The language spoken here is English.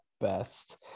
best